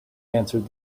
answered